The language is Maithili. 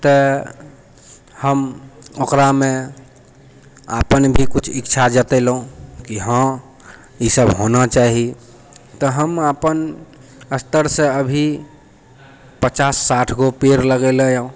तऽ हम ओकरामे आपन भी कुछ इच्छा जतेलहुँ कि हँ ई सब होना चाही तऽ हम अपन स्तरसँ अभी पचास साठि गो पेड़ लगेलहुँ यऽ